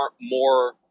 more